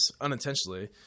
unintentionally